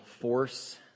force